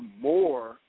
more